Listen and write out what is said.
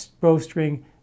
bowstring